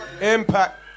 impact